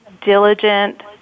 diligent